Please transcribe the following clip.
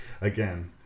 again